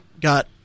got